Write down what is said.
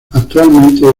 actualmente